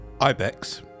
ibex